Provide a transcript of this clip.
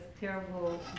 terrible